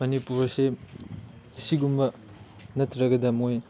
ꯃꯅꯤꯄꯨꯔꯁꯦ ꯁꯤꯒꯨꯝꯕ ꯅꯠꯇ꯭ꯔꯒꯅ ꯃꯣꯏ